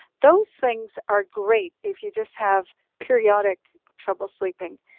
those things are great if you just have periodic trouble sleeping,